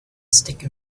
stick